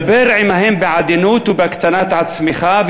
דבר עמהם בעדינות ובהקטנת עצמך,